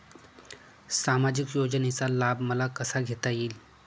सामाजिक योजनेचा लाभ मला कसा घेता येईल?